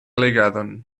legadon